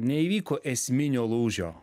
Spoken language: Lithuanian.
neįvyko esminio lūžio